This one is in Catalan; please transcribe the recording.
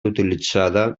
utilitzada